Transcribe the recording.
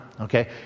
okay